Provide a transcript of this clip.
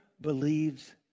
believes